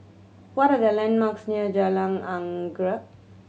what are the landmarks near Jalan Anggerek